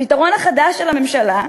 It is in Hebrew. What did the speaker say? הפתרון החדש של הממשלה,